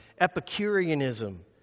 Epicureanism